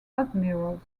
admirals